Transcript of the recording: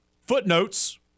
Footnotes